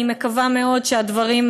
אני מקווה מאוד שהדברים,